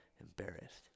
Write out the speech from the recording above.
embarrassed